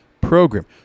program